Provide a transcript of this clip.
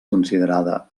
considerada